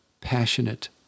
passionate